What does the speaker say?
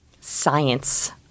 science